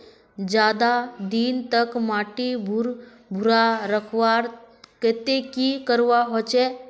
ज्यादा दिन तक माटी भुर्भुरा रखवार केते की करवा होचए?